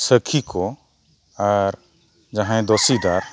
ᱥᱟᱹᱠᱷᱤ ᱠᱚ ᱟᱨ ᱡᱟᱦᱟᱸᱭ ᱫᱚᱥᱤ ᱫᱟᱨ